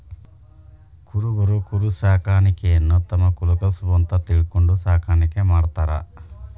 ಕುರಬರು ಕುರಿಸಾಕಾಣಿಕೆಯನ್ನ ತಮ್ಮ ಕುಲಕಸಬು ಅಂತ ತಿಳ್ಕೊಂಡು ಸಾಕಾಣಿಕೆ ಮಾಡ್ತಾರ